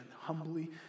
humbly